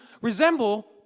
resemble